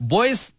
Boys